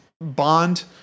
Bond